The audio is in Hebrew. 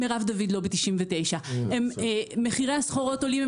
מרב דוד לובי 99. מחירי הסחורות עולים הם